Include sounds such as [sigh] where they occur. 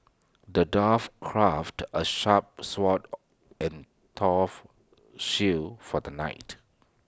the dwarf crafted A sharp sword [noise] and tough shield for the knight